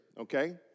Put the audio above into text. okay